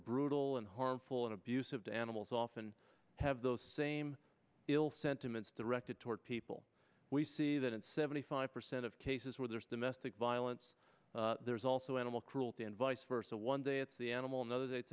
brutal and harmful and abusive to animals often have those same ill sentiments directed toward people we see that in seventy five percent of cases where there's domestic violence there's also animal cruelty and vice versa one day it's the animal another th